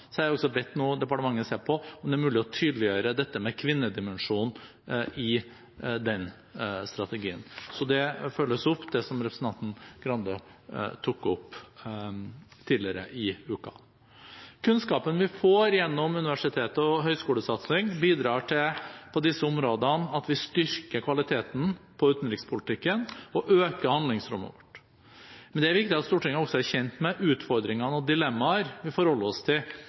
Så det følges opp, det som representanten Skei Grande tok opp tidligere i uken. Kunnskapen vi får gjennom universitets- og høyskolesatsing på disse områdene, bidrar til at vi styrker kvaliteten på utenrikspolitikken og øker handlingsrommet vårt. Men det er viktig at Stortinget også er kjent med utfordringer og dilemmaer vi forholder oss til